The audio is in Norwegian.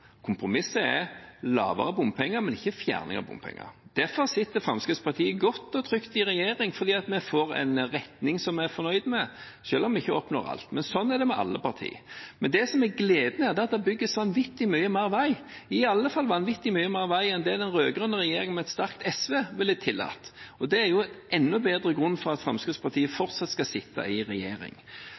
men ikke fjerning av bompenger. Derfor sitter Fremskrittspartiet godt og trygt i regjering – fordi vi får en retning som vi er fornøyd med, selv om vi ikke oppnår alt. Men sånn er det med alle partier. Det som er gleden, er at det bygges vanvittig mye mer vei, i alle fall vanvittig mye mer vei enn det den rød-grønne regjeringen, med et sterkt SV, ville tillatt, og det er en enda bedre grunn til at Fremskrittspartiet fortsatt skal sitte i regjering.